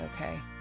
okay